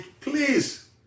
please